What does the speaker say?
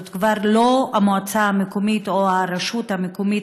זאת לא המועצה המקומית או הרשות המקומית